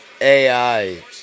AI